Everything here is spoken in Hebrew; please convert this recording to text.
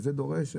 וזה דורש,